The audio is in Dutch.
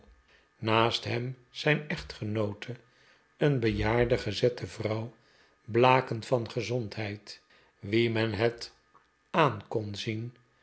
naast hem zijn echtgenoote een bejaarde gezette vrouw blakend van gezondheid wie men het aan kon zien